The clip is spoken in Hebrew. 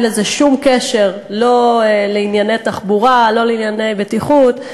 אין לזה שום קשר לא לענייני תחבורה ולא לענייני בטיחות.